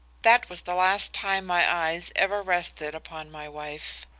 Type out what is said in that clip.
that was the last time my eyes ever rested upon my wife.